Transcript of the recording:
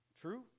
True